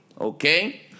okay